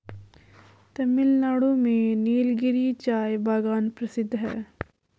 तमिलनाडु में नीलगिरी चाय बागान प्रसिद्ध है